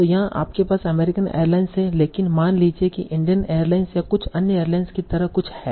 तो यहां आपके पास अमेरिकन एयरलाइंस हैं लेकिन मान लीजिए कि इंडियन एयरलाइंस या कुछ अन्य एयरलाइंस की तरह कुछ है